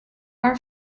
are